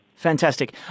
Fantastic